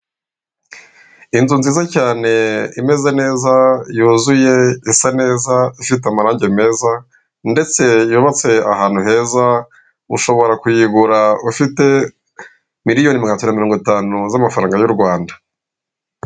Inzu nziza cyane imeze neza yuzuye isa neza, ifite amarange meza ndetse yubatse ahantu heza ushobora kuyigura ufite miliyoni magana tatu mirongo itanu z'amafaranga y'u Rwanda.